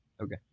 okay